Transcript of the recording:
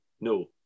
no